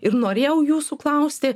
ir norėjau jūsų klausti